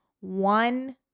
one